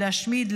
להשמיד,